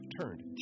turned